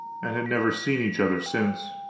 and had never seen each other since.